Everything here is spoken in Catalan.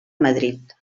madrid